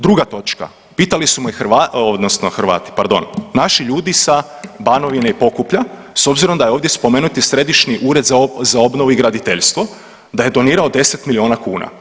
Druga točka, pitali su me Hrvati odnosno Hrvati pardon, naši ljudi sa Banovine i Pokuplja s obzirom da je ovdje spomenut i Središnji ured za obnovu i graditeljstvo da je donirao 10 miliona kuna.